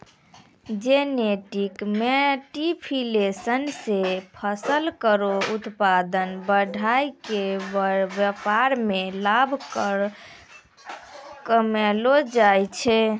genetic modification सें फसल केरो उत्पादन बढ़ाय क व्यापार में लाभ कमैलो जाय छै